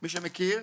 מי שמכיר,